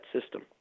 system